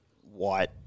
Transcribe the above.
white